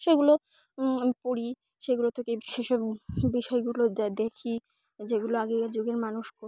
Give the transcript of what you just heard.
সেগুলো পড়ি সেগুলো থেকে সেসব বিষয়গুলো যা দেখি যেগুলো আগেকার যুগের মানুষ